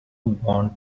bond